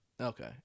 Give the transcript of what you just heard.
Okay